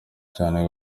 cyane